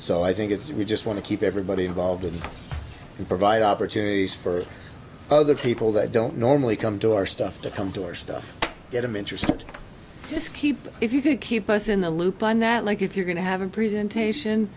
so i think it's we just want to keep everybody involved in and provide opportunities for other people that don't normally come to our stuff to come to our stuff get them interested just keep if you could keep us in the loop on that like if you're going to have a presentation